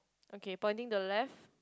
okay pointing to the left